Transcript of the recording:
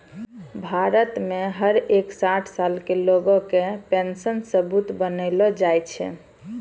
भारत मे हर एक साठ साल के लोग के पेन्शन सबूत बनैलो जाय छै